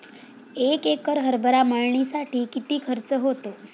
एक एकर हरभरा मळणीसाठी किती खर्च होतो?